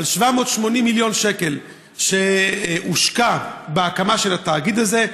780 מיליון שקל שהושקעו בהקמה של התאגיד הזה.